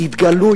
יתגלו,